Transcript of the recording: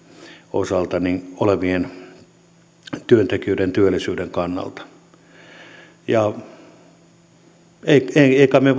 osalta työntekijöiden työllisyyden kannalta emme kai me